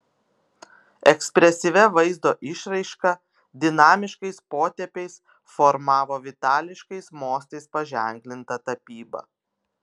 ekspresyvia vaizdo išraiška dinamiškais potėpiais formavo vitališkais mostais paženklintą tapybą